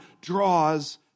draws